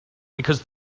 because